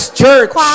church